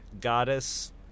goddess